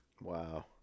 Wow